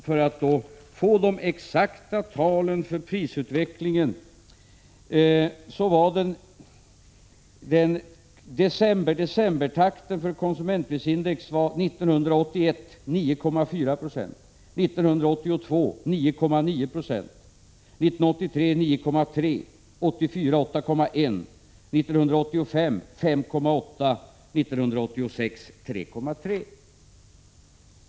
För att visa de exakta talen för prisutvecklingen vill jag säga Karl Erik Olsson att decembertakten för konsumentprisindex 1981 var 9,4 96, 1982 9,9 20, 1983 9,3 90, 1984 8,1 20, 1985 5,8 6 och 1986 3,3 2.